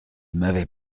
m’avait